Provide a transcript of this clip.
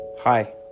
Hi